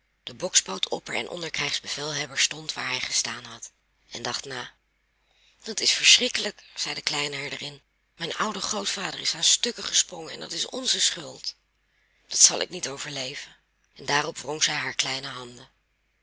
de bokspoot opper en onder krijgsbevelhebber stond waar hij gestaan had en dacht na dat is verschrikkelijk zei de kleine herderin mijn oude grootvader is aan stukken gesprongen en dat is onze schuld dat zal ik niet overleven en daarop wrong zij haar kleine handen